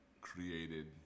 created